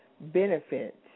benefits